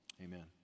Amen